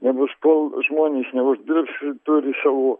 nebus kol žmonės neuždirbs turi savo